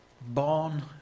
born